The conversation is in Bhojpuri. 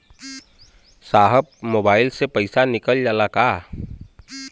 साहब मोबाइल से पैसा निकल जाला का?